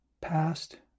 past